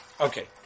Okay